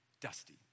dusty